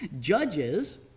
judges